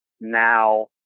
now